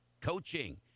Coaching